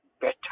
better